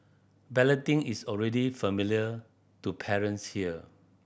balloting is already familiar to parents here